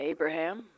Abraham